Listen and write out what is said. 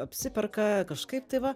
apsiperka kažkaip tai va